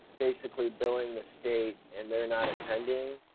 basically billing the state and they're not attending,